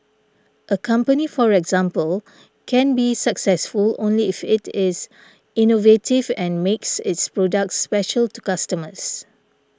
a company for example can be successful only if it is innovative and makes its products special to customers